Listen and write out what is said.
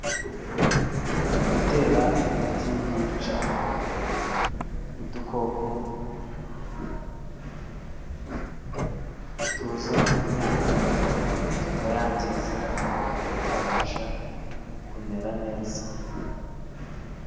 Gutera imiti yica udukoko, tuza ku myaka tukayangiza ikaba itabasha kumera neza.